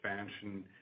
expansion